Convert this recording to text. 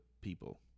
people